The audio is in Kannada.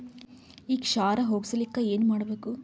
ಈ ಕ್ಷಾರ ಹೋಗಸಲಿಕ್ಕ ಏನ ಮಾಡಬೇಕು?